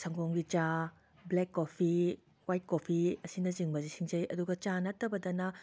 ꯁꯪꯒꯣꯝꯒꯤ ꯆꯥ black coffee white coffee ꯑꯁꯤꯅꯆꯤꯡꯕ ꯁꯤꯡꯖꯩ ꯑꯗꯨꯒ ꯆꯥ ꯅꯠꯇꯕꯗꯅ